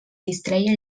distreia